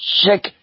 Check